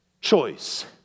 choice